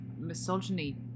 misogyny